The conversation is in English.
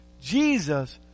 Jesus